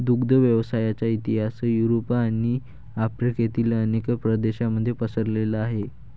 दुग्ध व्यवसायाचा इतिहास युरोप आणि आफ्रिकेतील अनेक प्रदेशांमध्ये पसरलेला आहे